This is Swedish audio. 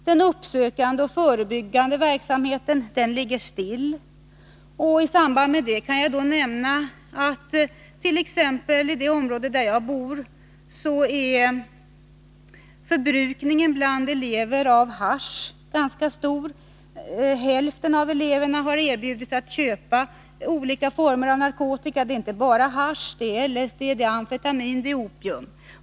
Den uppsökande och förebyggande verksamheten ligger still. I samband med det kan jag nämna attt.ex. i det område där jag bor — förbrukningen bland elever av hasch är ganska stor. Hälften av eleverna har erbjudits att köpa olika former av narkotika. Det är inte bara hasch. Det är LSD, amfetamin och opium.